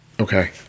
Okay